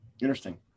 interesting